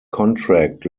contract